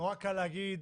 נורא קל להגיד: